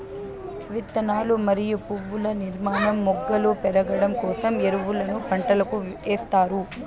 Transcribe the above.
విత్తనాలు మరియు పువ్వుల నిర్మాణం, మొగ్గలు పెరగడం కోసం ఎరువులను పంటలకు ఎస్తారు